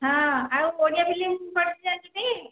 ହଁ ଆଉ ଓଡ଼ିଆ ଫିଲ୍ମ ପଡ଼ିଛି ଜାଣିଛୁ ଟି